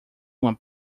uma